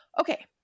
Okay